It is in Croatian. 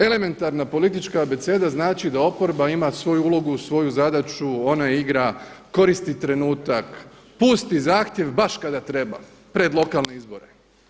Elementarna politička abeceda znači da oporba ima svoju ulogu, svoju zadaću, ona igra koristi trenutak, pusti zahtjev baš kada treba pred lokalne izbore.